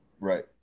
Right